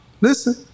listen